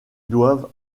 doivent